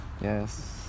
Yes